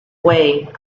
way